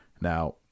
Now